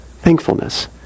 Thankfulness